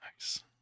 Nice